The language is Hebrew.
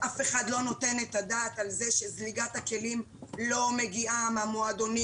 אף אחד לא נותן את הדעת על זה שזליגת הכלים לא מגיעה מהמועדונים